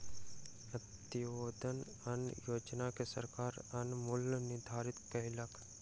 अन्त्योदय अन्न योजना में सरकार अन्नक मूल्य निर्धारित कयलक